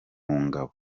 ngabo